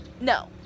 no